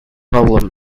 problem